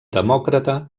demòcrata